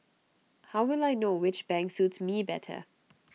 how will I know which bank suits me better